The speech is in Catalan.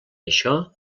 això